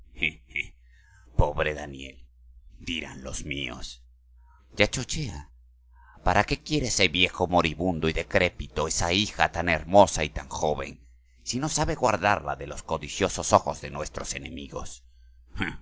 pobre daniel dirán los míos ya chochea para qué quiere ese viejo moribundo y decrépito esa hija tan hermosa y tan joven si no sabe guardarla de los codiciosos ojos de nuestros enemigos